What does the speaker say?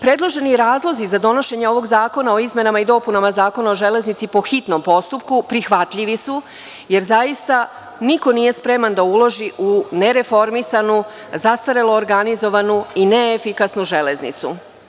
Predloženi razlozi za donošenje ovog zakona o izmenama i dopunama Zakona o železnici po hitnom postupku prihvatljivi su, jer zaista niko nije spreman da uloži u nereformisanu, zastarelo organizovanu i neefikasnu železnicu.